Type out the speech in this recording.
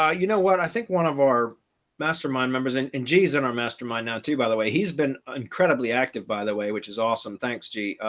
you know what i think one of our mastermind members in in jesus in our mastermind now too, by the way, he's been incredibly active, by the way, which is awesome. thanks, g.